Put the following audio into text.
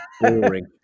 Boring